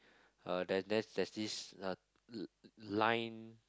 uh then there's there's this uh l~ line